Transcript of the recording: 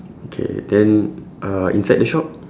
okay then uh inside the shop